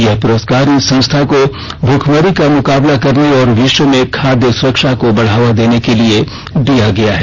यह पुरस्कार इस संस्था को भुखमरी का मुकाबला करने और विश्व में खाद्य सुरक्षा को बढावा देने के लिए दिया गया है